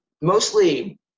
Mostly